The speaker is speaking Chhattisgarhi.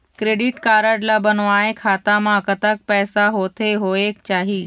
क्रेडिट कारड ला बनवाए खाता मा कतक पैसा होथे होएक चाही?